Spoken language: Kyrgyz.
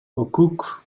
укук